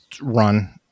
run